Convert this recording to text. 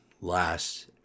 last